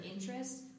interest